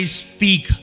speak